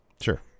Sure